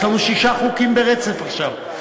יש לנו שישה חוקים ברצף עכשיו.